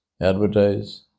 Advertise